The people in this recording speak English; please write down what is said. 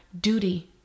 duty